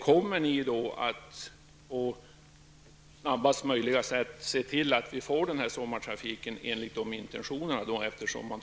Kommer regeringen då att på snabbast möjliga sätt se till att vi får sommartrafik enligt dessa intentioner, eftersom man